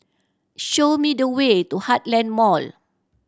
show me the way to Heartland Mall